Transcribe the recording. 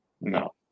No